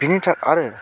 बिनि था आरो